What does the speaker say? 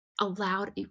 allowed